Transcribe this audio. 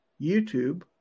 YouTube